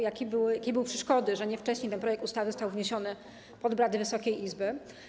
Jakie były przeszkody, że wcześniej ten projekt ustawy nie został wniesiony pod obrady Wysokiej Izby?